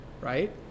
Right